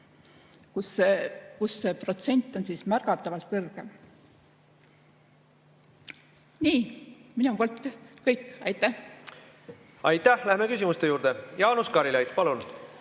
kus see protsent on märgatavalt kõrgem. Nii. Minu poolt kõik. Aitäh! Aitäh! Läheme küsimuste juurde. Jaanus Karilaid, palun!